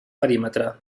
perímetre